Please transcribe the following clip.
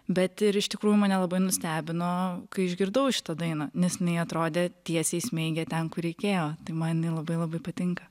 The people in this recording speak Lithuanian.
bet ir iš tikrųjų mane labai nustebino kai išgirdau šitą dainą nes jinai atrodė tiesiai smeigė ten kur reikėjo tai man jinai labai labai patinka